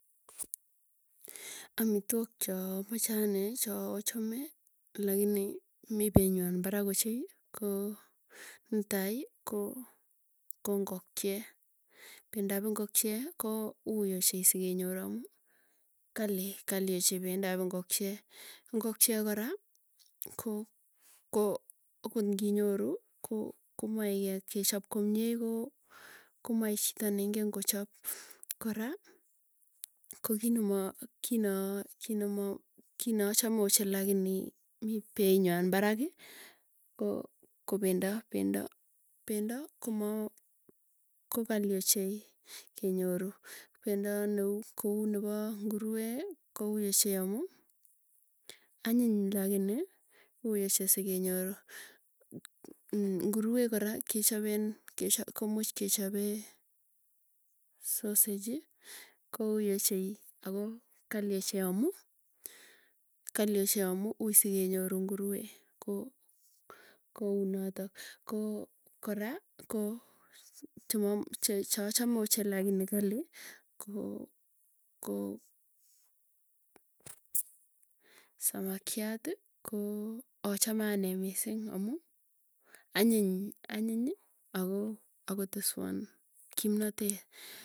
Amitwagik cho amache ane lakini mi beingway barak oochei ko netai ko ingokiet bendoab ingokiet ko uuy ochei sigenyor amu kali kali ochei bendoab ingokyiet ingokyiet kora ko ko angot nginyoru ko komaes kechob ko komae chito neingen kochab kora kogitnemoo kinoo kinamo kineachame ochei lakini mi beinywaan barak ko ko bendo bendo bendo komaa ko kali ochei kenyoruu bendo neu kouneboo nguruwe kouuy ochei amu anyiny lakini uuuy ochei sigenyoru nguruwe koraa kechoben komuch kechobe sausage ii kouuy ochei ago kali ochei amuu kali ochei amuu uuy sigenyoru nguruwe ko kounoto ko kora ko tu che cheachame ochei lakini kali ko ko samakiat ko achame anee missing amuu anyiny anyiny ago ago teswan kimnatet.